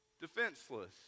defenseless